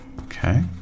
Okay